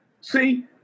See